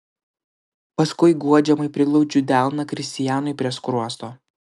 paskui guodžiamai priglaudžiu delną kristianui prie skruosto